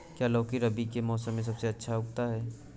क्या लौकी रबी के मौसम में सबसे अच्छा उगता है?